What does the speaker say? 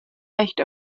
recht